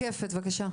רקפת, בבקשה.